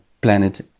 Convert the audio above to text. planet